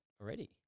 already